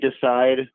decide